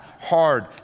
hard